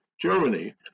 germany